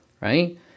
right